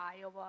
Iowa